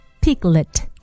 piglet